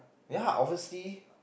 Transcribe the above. ya obviously